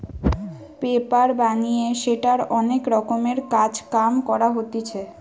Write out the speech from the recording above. paper বানিয়ে সেটার অনেক রকমের কাজ কাম করা হতিছে